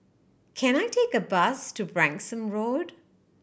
can I take a bus to Branksome Road